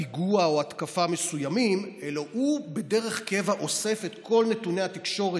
לפיגוע או התקפה מסוימים אלא הוא בדרך קבע אוסף את כל נתוני התקשורת,